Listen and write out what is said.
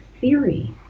theory